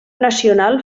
nacional